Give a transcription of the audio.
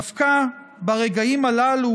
דווקא ברגעים הללו,